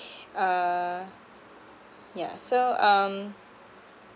uh yeah so um